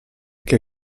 che